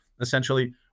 Essentially